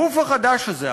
הגוף החדש הזה,